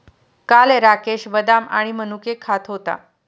काल राकेश बदाम आणि मनुके खात होता